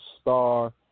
Star